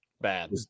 bad